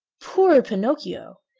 poor pinocchio!